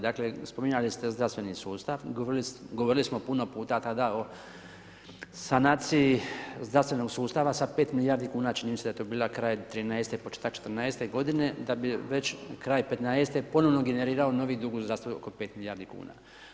Dakle, spominjali ste zdravstveni sustav, govorili smo puno puta tada o sanaciji zdravstvenog sustava sa 5 milijardi kuna čini mi se da je to bila kraj 2013., početak 2014. da bi već kraj 2015. ponovo generirao novi dug u zdravstvu oko 5 milijardi kuna.